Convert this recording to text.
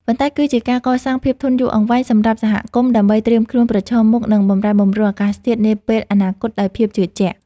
ប៉ុន្តែគឺជាការកសាងភាពធន់យូរអង្វែងសម្រាប់សហគមន៍ ដើម្បីត្រៀមខ្លួនប្រឈមមុខនឹងបម្រែបម្រួលអាកាសធាតុនាពេលអនាគតដោយភាពជឿជាក់។